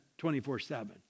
24-7